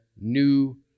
new